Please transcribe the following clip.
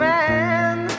Man